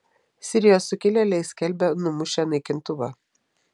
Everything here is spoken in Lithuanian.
sirijos sukilėliai skelbia numušę naikintuvą